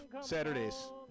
Saturdays